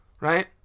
right